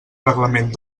reglament